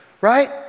right